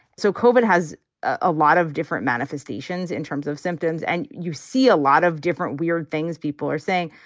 so koven has a lot of different manifestations in terms of symptoms and you see a lot of different weird things people are saying.